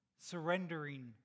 surrendering